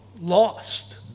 lost